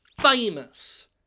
famous